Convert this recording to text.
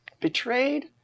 betrayed